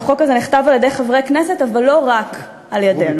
שהחוק הזה נכתב על-ידי חברי כנסת אבל לא רק על-ידינו.